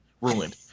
ruined